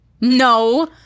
No